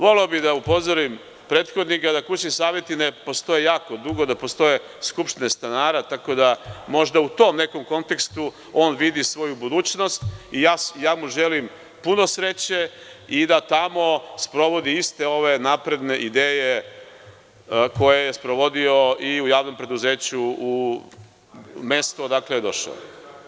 Voleo bih da upozorim prethodnika da kućni saveti ne postoje jako dugo, da postoje skupštine stanara, tako da možda u tom nekom kontekstu on vidi svoju budućnost i ja mu želim puno sreće i da tamo sprovodi iste ove napredne ideje koje je sprovodio i u javnom preduzeću u mestu odakle je došao.